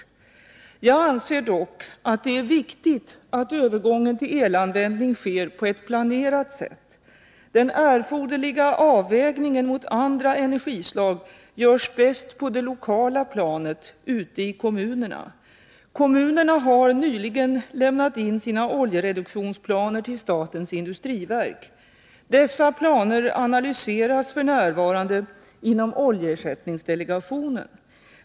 Jag anser dock att det är viktigt att övergången till elanvändning sker på ett planerat sätt. Den erforderliga avvägningen mot andra energislag görs bäst på det lokala planet, ute i kommunerna. Kommunerna har nyligen lämnat in sina oljereduktionsplaner till statens industriverk. Dessa planer analyseras f.n. inom oljeersättningsdelegationen.